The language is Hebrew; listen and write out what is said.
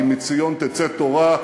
כי מציון תצא תורה,